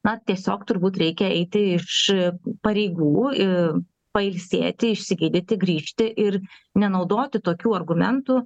na tiesiog turbūt reikia eiti iš pareigų ir pailsėti išsigydyti grįžti ir nenaudoti tokių argumentų